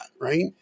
right